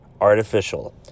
artificial